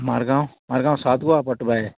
मार्गांव मार्गांव सात गोवा पट्टा बाये